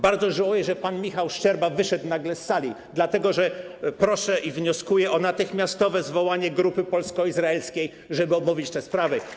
Bardzo żałuję, że pan Michał Szczerba wyszedł nagle z sali, dlatego że proszę i wnioskuję o natychmiastowe zwołanie grupy polsko-izraelskiej, żeby omówić te sprawy.